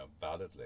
validly